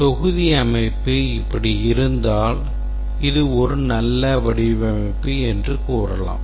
தொகுதி அமைப்பு இப்படி இருந்தால் அது ஒரு நல்ல வடிவமைப்பு என்று கூறலாம்